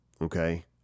okay